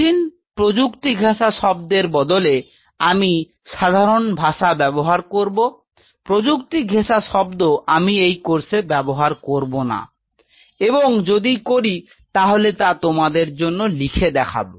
কঠিন প্রযুক্তি ঘেঁষা শব্দের বদলে আমি সাধারণ ভাষা ব্যবহার করব প্রযুক্তি ঘেঁষা শব্দ আমি এই কোর্সে ব্যবহার করব না এবং যদি করি তাহলে তা তোমাদের জন্য লিখে দেখাব